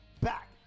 Back